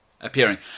appearing